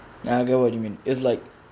ah I get what you mean is like